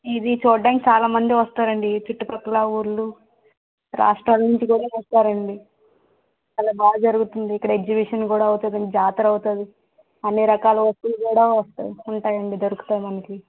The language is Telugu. ఇది చూడ్డానికి చాలా మంది వస్తారండి ఈ చుట్టుపక్కల ఊర్లు రాష్ట్రాల్నుంచి కూడా వస్తారండి అలా బా జరుగుతుంది ఇక్కడ ఎగ్జిబిషన్ కూడా అవుతుందండి జాతర అవుతుంది అన్ని రకాల వస్తువులు కూడా వస్తాయి ఉంటాయండి దొరుకుతాయి మనకి